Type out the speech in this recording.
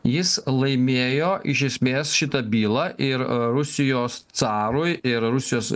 jis laimėjo iš esmės šitą bylą ir rusijos carui ir rusijos